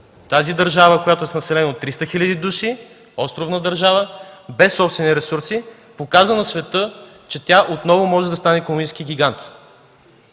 Тази държава, която е с население от 300 хиляди души, островна държава, без собствени ресурси, показа на света, че тя отново може да стане икономически гигант.